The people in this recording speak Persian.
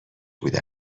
بوده